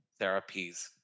therapies